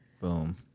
Boom